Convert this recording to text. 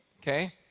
okay